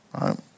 right